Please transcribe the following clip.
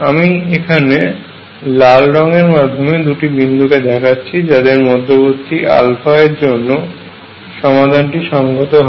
আমির এখানে লাল রং এর মাধ্যমে দুটি বিন্দু কে দেখাচ্ছি যাদের মধ্যবর্তী এর জন্য সমাধানটি সংগত হবে